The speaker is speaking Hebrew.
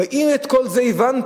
ואם את כל זה הבנתי,